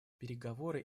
переговоры